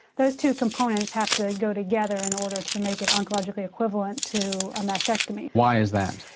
those two components have to go together in order to make it oncologically equivalent to a mastectomy. why is that?